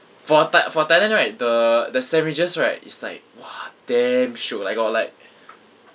for thai for thailand right the the sandwiches right is like !wah! damn shiok like got like